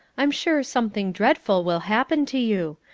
i'm sure something dreadful will happen to you.